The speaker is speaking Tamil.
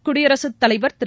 குடியரத்தலைவர் திரு